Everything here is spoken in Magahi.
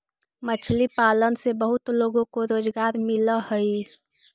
मछली पालन से बहुत लोगों को रोजगार मिलअ हई